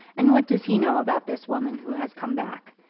and what does he know about this woman who has come back?